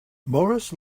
morris